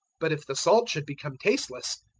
but if the salt should become tasteless,